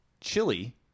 chili